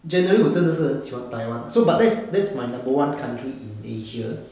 general 我真的是很喜欢 taiwan so but that's that's my number one country in asia